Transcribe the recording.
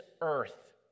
earth